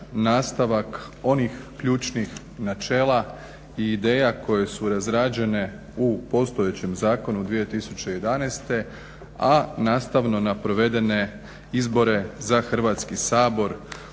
nastavak onih ključnih načela i ideja koje su razrađene u postojećem zakonu 2011., a nastavno na provedene izbore za Hrvatski sabor